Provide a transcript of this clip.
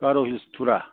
गार' Hills टुरा